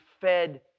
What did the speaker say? fed